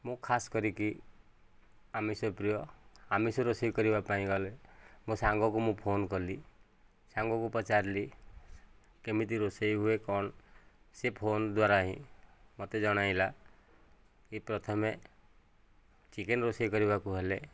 ମୁଁ ଖାସ କରିକି ଆମିଷ ପ୍ରିୟ ଆମିଷ ରୋଷେଇ କରିବା ପାଇଁ ଗଲି ମୋ ସାଙ୍ଗକୁ ମୁଁ ଫୋନ କଲି ସାଙ୍ଗକୁ ପଚାରିଲି କେମିତି ରୋଷେଇ ହୁଏ କ'ଣ ସେ ଫୋନ ଦ୍ୱାରା ହିଁ ମୋତେ ଜଣାଇଲା କି ପ୍ରଥମେ ଚିକେନ ରୋଷେଇ କରିବାକୁ ହେଲେ